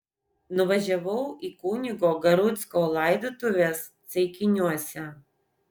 nuvažiavau į kunigo garucko laidotuves ceikiniuose